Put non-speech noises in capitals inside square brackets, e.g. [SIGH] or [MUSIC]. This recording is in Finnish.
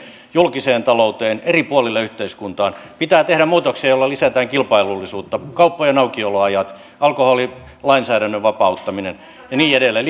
julkiseen talouteen eri puolille yhteiskuntaan pitää tehdä muutoksia joilla lisätään kilpailullisuutta kauppojen aukioloajat alkoholilainsäädännön vapauttaminen ja niin edelleen [UNINTELLIGIBLE]